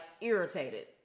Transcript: Irritated